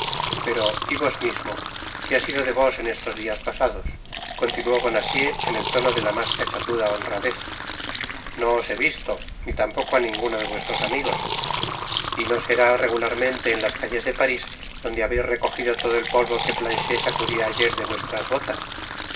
pero y vos mismo que ha sido de vos en estos dias pasados continuó bonacieux en el tono de la mas cachazuda honradez no os he visto ni tampoco á ninguno de vuestros amigos y no será regularmente en las calles de parís donde habeis recoj ido todo el polvo que planchet sacudia ayer de vuestras bolas